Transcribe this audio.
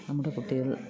നമ്മുടെ കുട്ടികൾ